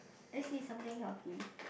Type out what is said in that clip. let's eat something healthy